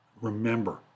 Remember